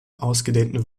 ausgedehnten